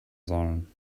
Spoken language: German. sollen